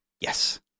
Yes